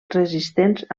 resistents